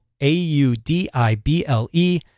A-U-D-I-B-L-E